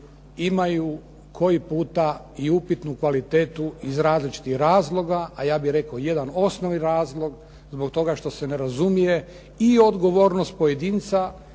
imaju koji puta i upitnu kvalitetu iz različitih razloga. A ja bih rekao jedan osnovni razlog, zbog toga što se ne razumije i odgovornost pojedinca